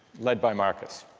led by marcus,